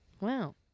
Wow